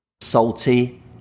Salty